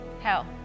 hell